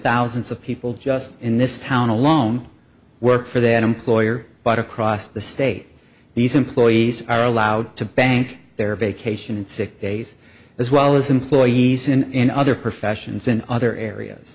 thousands of people just in this town alone work for that employer but across the state these employees are allowed to bank their vacation and sick days as well as employees in other professions in other areas